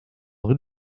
rue